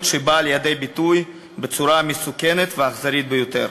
שבאה לידי ביטוי בצורה המסוכנת והאכזרית ביותר.